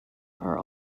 are